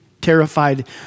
terrified